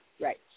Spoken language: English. Right